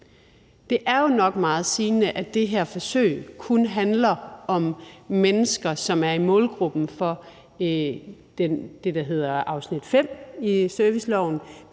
Det er jo nok meget sigende, at det her forsøg kun handler om mennesker, som er målgruppen i det, der hedder afsnit 5 i serviceloven,